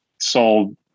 sold